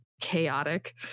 chaotic